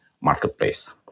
marketplace